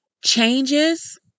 Changes